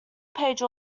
page